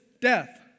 death